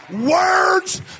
Words